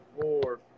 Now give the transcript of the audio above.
four